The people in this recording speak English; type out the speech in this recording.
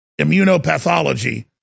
immunopathology